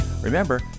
Remember